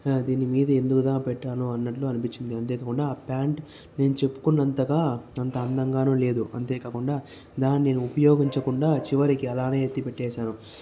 దీని మీద ఎందుకు రా పెట్టాను అన్నట్లు అనిపించింది అంతే కాకుండా ప్యాంటు నేను చెప్పుకున్నంతగా అంత అందంగా లేదు అంతే కాకుండా దానిని నేను ఉపయోగించకుండా చివరికి అలాగే ఎత్తి పెట్టేశాను